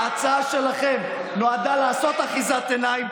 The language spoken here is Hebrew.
ההצעה שלכם נועדה לעשות אחיזת עיניים,